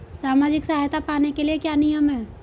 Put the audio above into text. सामाजिक सहायता पाने के लिए क्या नियम हैं?